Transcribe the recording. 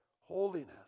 holiness